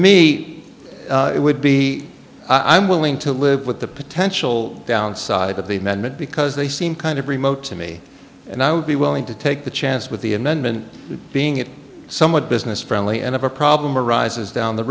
me it would be i'm willing to live with the potential downside of the amendment because they seem kind of remote to me and i would be willing to take the chance with the amendment being it somewhat business friendly and a problem arises down the